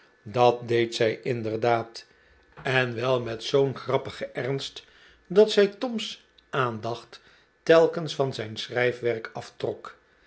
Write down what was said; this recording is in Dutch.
dat deed zij inderdaad en wel met zoo'n grappigen ernst dat zij tom's aandacht telkens van zijn schrijfwerk aftrbk